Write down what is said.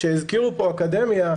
הזכירו פה אקדמיה,